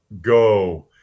go